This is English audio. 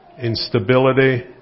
Instability